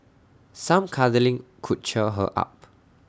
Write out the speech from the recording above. some cuddling could cheer her up